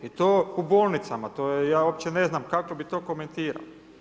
I to u bolnicama, ja uopće ne znam kako bi to komentirao.